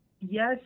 yes